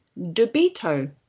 dubito